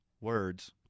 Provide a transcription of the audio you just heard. words